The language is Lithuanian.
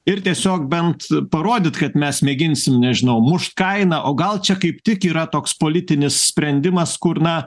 ir tiesiog bent parodyt kad mes mėginsim nežinau mušt kainą o gal čia kaip tik yra toks politinis sprendimas kur na